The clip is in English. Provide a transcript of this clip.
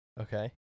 Okay